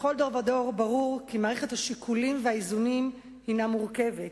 בכל דור ודור ברור כי מערכת השיקולים והאיזונים היא מורכבת,